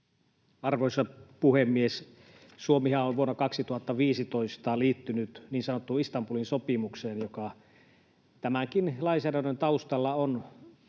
Arvoisa puhemies! Suomihan on vuonna 2015 liittynyt niin sanottuun Istanbulin sopimukseen, joka tämänkin lainsäädännön taustalla on,